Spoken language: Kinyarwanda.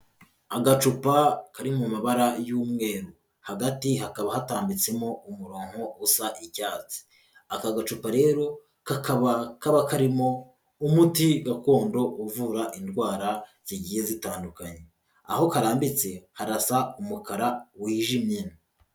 Agacupa kari mu mabara y'umweru hagati hakaba hatambitsemo umurongo usa icyatsi, aka gacupa rero kakaba kaba karimo umuti gakondo uvura indwara zigiye zitandukanye, aho karambitse harasa umukara wijimye.